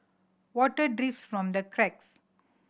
water drips from the cracks